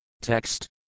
Text